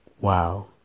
wow